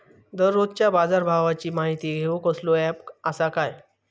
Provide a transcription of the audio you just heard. दररोजच्या बाजारभावाची माहिती घेऊक कसलो अँप आसा काय?